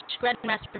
Grandmaster